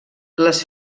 les